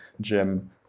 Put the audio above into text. gym